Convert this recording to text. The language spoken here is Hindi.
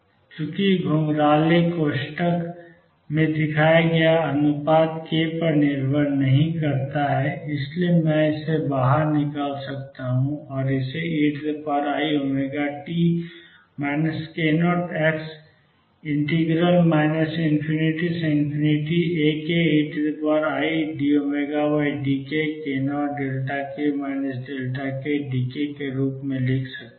चूंकि घुंघराले कोष्ठक में दिखाया गया अनुपात k पर निर्भर नहीं करता है इसलिए मैं इसे बाहर निकाल सकता हूं और इसे ei0t k0x ∞Akeidωdkk0k kxdk के रूप में लिख सकता हूं